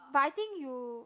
but I think you